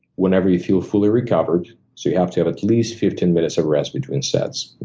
whenever you feel fully recovered so you have to have at least fifteen minutes of rest between sets,